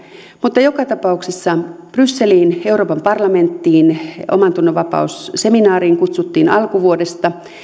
mutta joka tapauksessa brysseliin euroopan parlamenttiin omantunnonvapausseminaariin kutsuttiin alkuvuodesta